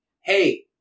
Hey